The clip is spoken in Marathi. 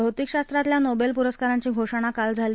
भौतिक शास्त्रातल्या नोबद्वीपुरस्कारांची घोषणा काल झाली